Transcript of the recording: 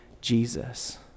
Jesus